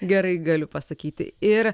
gerai galiu pasakyti ir